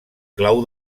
clau